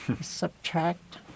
subtract